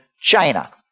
China